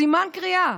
סימן קריאה.